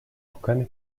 руками